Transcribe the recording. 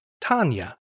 Tanya